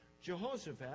Jehoshaphat